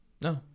no